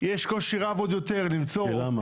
יש קושי רב עוד יותר למצוא --- כי, למה?